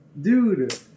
Dude